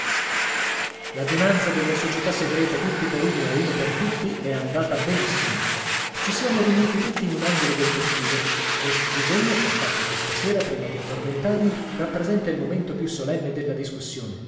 l'adunanza della società segreta tutti per uno e uno per tutti è andata benissimo ci siamo riuniti tutti in un angolo del cortile questo disegno che ho fatto qui stasera prima di addormentarmi rappresenta il momento più solenne della discussione